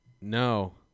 No